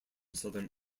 southern